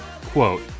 quote